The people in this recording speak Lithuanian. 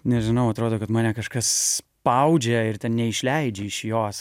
nežinau atrodo kad mane kažkas spaudžia ir ten neišleidžia iš jos